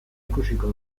ikusiko